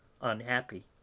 UNHAPPY